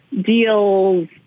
deals